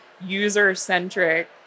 User-centric